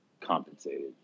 compensated